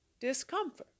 discomfort